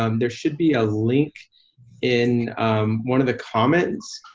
um there should be a link in one of the comments,